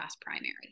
primary